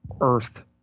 Earth